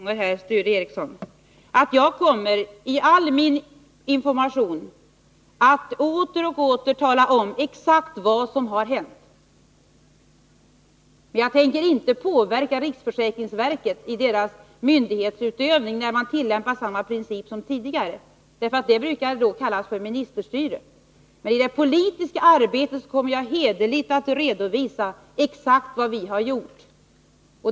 Herr talman! Jag upprepar vad jag sagt flera gånger här, Sture Ericson. Jag kommer i all information att åter och åter tala om exakt vad som har hänt. Däremot tänker jag inte påverka riksförsäkringsverket i dess myndighetsutövning, när man tillämpar samma princip som tidigare. Ett sådant agerande brukar ju kallas för ministerstyre. Men i det politiska arbetet kommer jag att hederligt redovisa exakt vad vi har gjort.